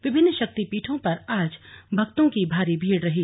विभिन्न शक्ति पीठों पर आज भक्तों की भारी भीड रही